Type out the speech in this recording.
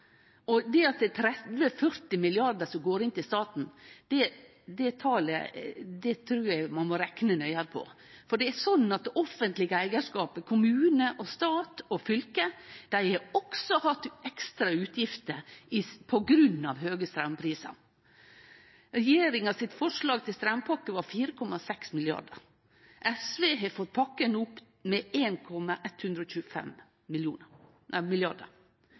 det gjeld at det er 30–40 mrd. kr som går inn til staten, trur eg ein må rekne nøyare på det talet. For det offentlege eigarskapet, kommune, stat og fylke, har også hatt ekstra utgifter på grunn av høge straumprisar. Forslaget regjeringa hadde til straumpakke, var på 4,6 mrd. kr. SV har fått pakka opp med